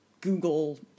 Google